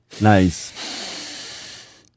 Nice